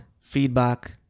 feedback